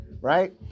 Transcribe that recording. right